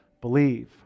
Believe